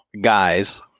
guys